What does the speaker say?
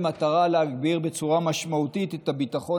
במטרה להגביר בצורה משמעותית את הביטחון